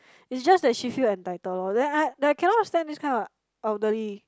it's just that she feel entitled lor then I I I cannot stand this kind of elderly